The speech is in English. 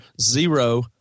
zero